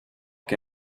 que